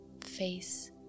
face